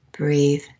breathe